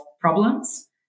problems